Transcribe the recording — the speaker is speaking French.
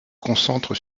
concentre